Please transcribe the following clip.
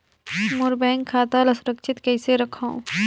मोर bank खाता ला सुरक्षित कइसे रखव?